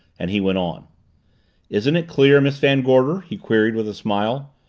and he went on isn't it clear, miss van gorder? he queried, with a smile.